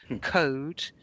code